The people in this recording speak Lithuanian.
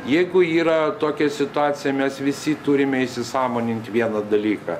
jeigu yra tokia situacija mes visi turime įsisąmonint vieną dalyką